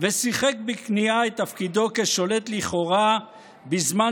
ושיחק בכניעה את תפקידו כשולט לכאורה בזמן